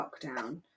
lockdown